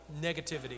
negativity